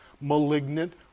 Malignant